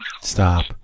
stop